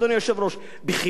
מקורבים.